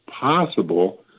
possible